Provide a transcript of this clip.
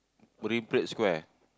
Marine-Parade Square